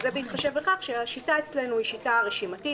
וזה בהתחשב בכך שהשיטה אצלנו היא שיטה רשימתית,